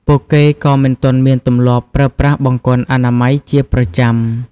ពួកគេក៏មិនទាន់មានទម្លាប់ប្រើប្រាស់បង្គន់អនាម័យជាប្រចាំ។